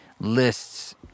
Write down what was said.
lists